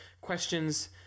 questions